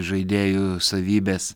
žaidėjų savybės